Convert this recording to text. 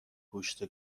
گوشت